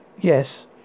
yes